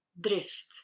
drift